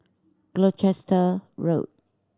Gloucester Road